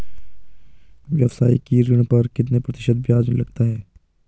व्यावसायिक ऋण पर कितना प्रतिशत ब्याज लगता है?